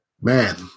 Man